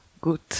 good